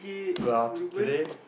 today